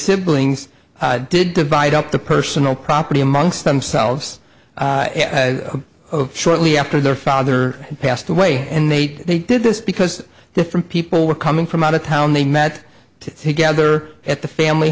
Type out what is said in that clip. siblings did divide up the personal property amongst themselves shortly after their father passed away and they did this because different people were coming from out of town they met together at the family